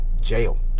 jail